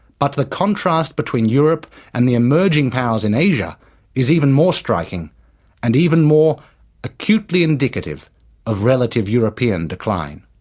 but the contrast between europe and the emerging powers in asia is even more striking and even more acutely indicative of relative european decline.